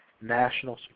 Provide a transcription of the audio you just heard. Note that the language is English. national